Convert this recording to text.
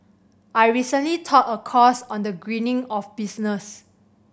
I recently taught a course on the greening of business